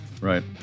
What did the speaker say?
Right